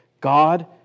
God